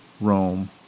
Rome